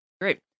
Great